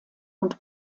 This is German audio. und